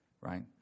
right